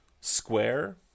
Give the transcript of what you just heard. square